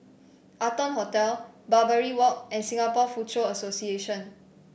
Arton Hotel Barbary Walk and Singapore Foochow Association